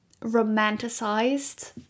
romanticized